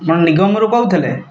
ଆପଣ ନିଗମରୁ କହୁଥିଲେ